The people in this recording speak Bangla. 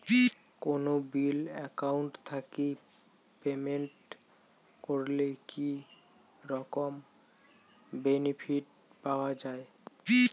কোনো বিল একাউন্ট থাকি পেমেন্ট করলে কি রকম বেনিফিট পাওয়া য়ায়?